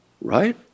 right